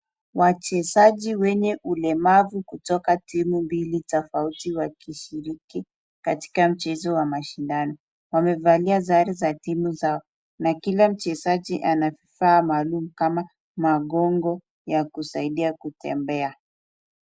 Wachezaji wenye ulemavu kutoka timu mbili tofauti wakishiriki katika mchezo wa mashindano. Wamevalia sare za timu zao na kila mchezaji anavaa maalum kama magongo ya kusaidia kutembea.